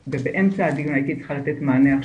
ובאמצע הדיון הייתי צריכה להגיד מענה,